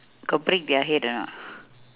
got break their head or not